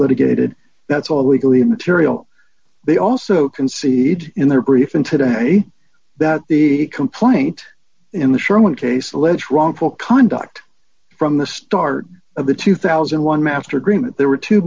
litigated that's all legally immaterial they also concede in their briefing today that the complaint in the sherman case allege wrongful conduct from the start of the two thousand one master agreement there were two